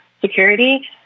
security